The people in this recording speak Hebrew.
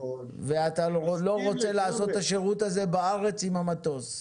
ואתה לא רוצה לעשות את השירות הזה בארץ עם המטוס.